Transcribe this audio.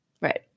Right